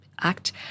Act